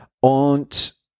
und